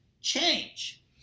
change